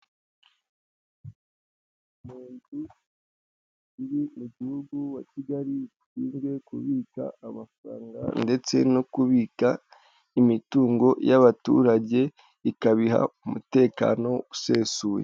Uri mu gihugu wa Kigali ushinzwe kubika amafaranga ndetse no kubika imitungo y'abaturage ikabiha umutekano usesuye.